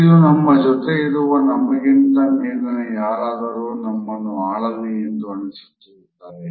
ಇದು ನಮ್ಮ ಜೊತೆ ಇರುವ ನಮಗಿಂತ ಮೇಲಿರುವ ಯಾರಾದರೂ ನಮ್ಮನ್ನು ಆಳಲಿ ಎಂದು ಅನ್ನಿಸುತ್ತಿರುತ್ತದೆ